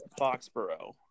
Foxborough